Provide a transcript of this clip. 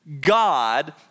God